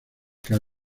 que